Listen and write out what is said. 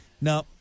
No